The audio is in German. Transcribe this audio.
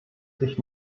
ich